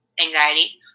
anxiety